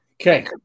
Okay